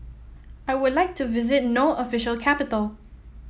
I would like to visit No official capital